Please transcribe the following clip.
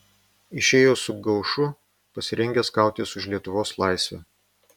išėjo su gaušu pasirengęs kautis už lietuvos laisvę